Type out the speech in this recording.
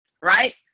Right